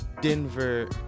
Denver